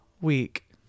week